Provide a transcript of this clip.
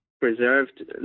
preserved